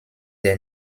der